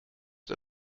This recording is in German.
der